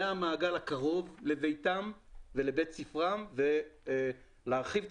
מהמעגל הקרוב לביתם ולבית ספרם ולהרחיב את